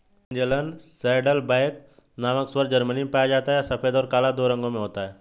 Angeln saddleback नामक सूअर Germany में पाया जाता है यह सफेद और काला दो रंगों में होता है